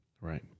Right